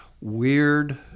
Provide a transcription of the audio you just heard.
weird